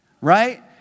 right